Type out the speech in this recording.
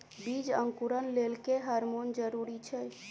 बीज अंकुरण लेल केँ हार्मोन जरूरी छै?